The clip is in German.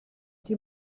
die